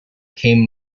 came